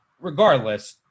regardless